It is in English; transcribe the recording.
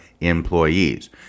employees